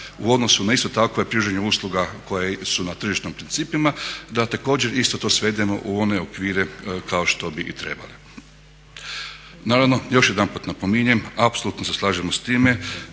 u odnosu na isto tako pružanje usluga koje su na tržišnim principima, da također isto to svedemo u one okvire kao što bi i trebali. Naravno, još jedanput napominjem apsolutno se slažemo s time